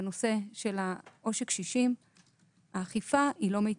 בנושא של עושק הקשישים האכיפה לא מיטבית.